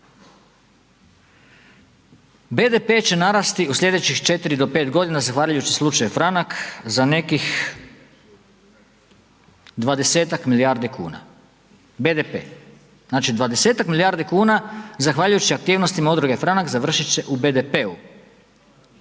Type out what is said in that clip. BDP će narasti u sljedećih 4 do 5 godina zahvaljujući slučaju Franak za nekih 20-ak milijardi kuna BDP, znači 20-ak milijardi kuna zahvaljujući aktivnostima Udruge Franak završit će u BDP-u